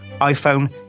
iPhone